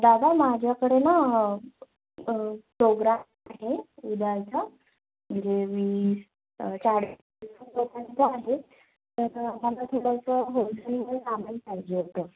दादा माझ्याकडे ना प्रोग्राम आहे उद्याचा म्हणजे वीस चाळीस लोकांचा आहे तर मला थोडंसं होलसेलमध्ये सामान पाहिजे होतं